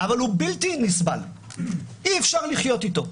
אבל הוא בלתי נסבל, אי אפשר לחיות איתו.